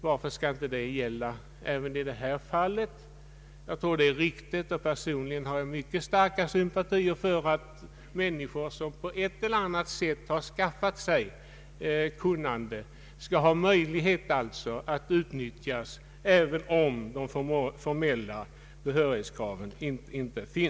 Varför skulle det inte gälla även i detta fall? Jag tror det är riktigt, och personligen har jag mycket starka sympatier för att människor, som på ett eller annat sätt har skaffat sig kunnande, skall kunna utnyttjas även om de inte har den formella behörigheten.